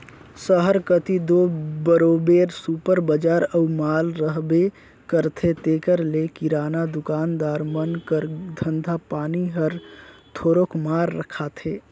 सहर कती दो बरोबेर सुपर बजार अउ माल रहबे करथे तेकर ले किराना दुकानदार मन कर धंधा पानी हर थोरोक मार खाथे